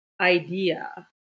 idea